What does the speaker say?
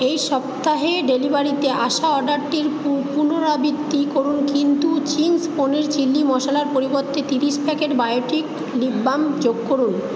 এই সপ্তাহে ডেলিভারিতে আসা অর্ডারটির পুনরাবৃত্তি করুন কিন্তু চিংস পনির চিলি মশলার পরিবর্তে তিরিশ প্যাকেট বায়োটিক লিপ বাম যোগ করুন